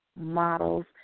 models